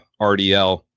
RDL